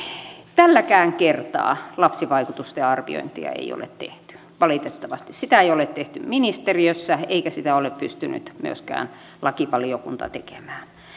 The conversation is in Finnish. tälläkään kertaa lapsivaikutusten arviointia ei ole tehty valitettavasti sitä ei ole tehty ministeriössä eikä sitä ole pystynyt myöskään lakivaliokunta tekemään